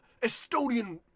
Estonian